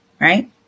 right